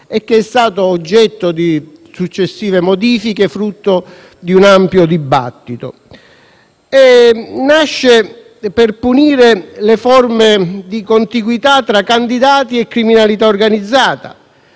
È stato oggetto di successive modifiche frutto di un ampio dibattito e nasce per punire le forme di contiguità tra candidati e criminalità organizzata;